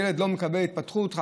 ילד לא מקבל התפתחות,